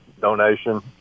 donation